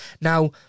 Now